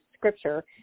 scripture